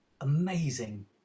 amazing